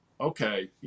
okay